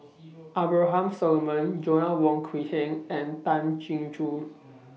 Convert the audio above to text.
Abraham Solomon Joanna Wong Quee Heng and Tan Chin Joo